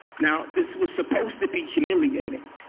now, this was supposed to be humiliating.